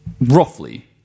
Roughly